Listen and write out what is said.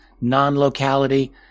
non-locality